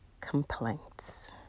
complaints